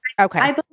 okay